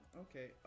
okay